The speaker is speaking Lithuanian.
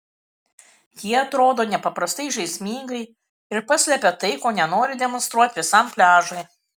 jie atrodo nepaprastai žaismingai ir paslepia tai ko nenori demonstruoti visam pliažui